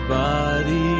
body